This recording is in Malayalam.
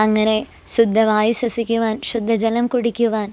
അങ്ങനെ ശുദ്ധവായു ശ്വസിക്കുവാൻ ശുദ്ധജലം കുടിക്കുവാൻ